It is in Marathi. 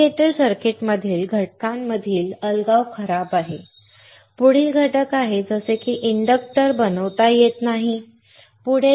इंडिकेटर सर्किटमधील घटकांमधील अलगाव खराब आहे पुढील घटक आहे जसे की इंडक्टर बनवता येत नाही